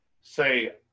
say